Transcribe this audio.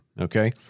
okay